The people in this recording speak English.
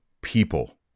people